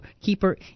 keeper